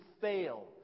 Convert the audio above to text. fail